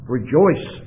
Rejoice